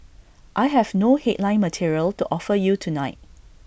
I have no headline material to offer you tonight